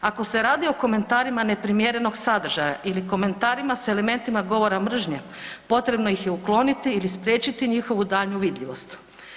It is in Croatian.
Ako se radi o komentarima neprimjerenog sadržaja ili komentarima s elementima govora mržnje, potrebno ih je ukloniti ili spriječiti njihovu daljnju vidljivost.